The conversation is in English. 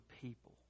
people